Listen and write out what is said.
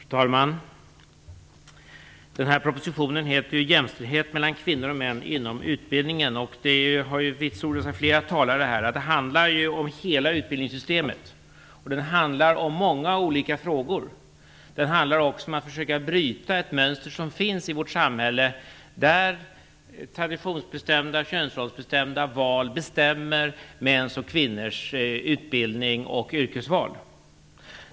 Fru talman! Denna proposition heter Jämställdhet mellan kvinnor och män inom utbildningen, och flera talare har påtalat att den ju handlar om hela utbildningssystemet och om många olika frågor. Propositionen handlar också om att försöka bryta ett mönster som finns i vårt samhälle, där traditionsoch könsrollsbestämda val avgör mäns och kvinnors utbildnings och yrkesval.